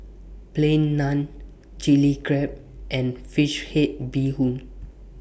Plain Naan Chilli Crab and Fish Head Bee Hoon